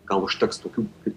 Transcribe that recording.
gal užteks tokių kaip